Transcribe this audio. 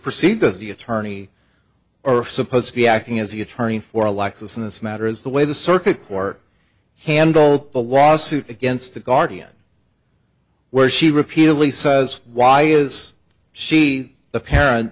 perceived as the attorney or supposed to be acting as the attorney for alexis in this matter is the way the circuit court handled the lawsuit against the guardian where she repeatedly says why is she the parent